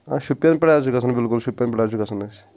آ شُپین پٮ۪ٹھ حظ چھُ گژھن بلکُل شُپین پٮ۪ٹھ چھ گژھن اسہِ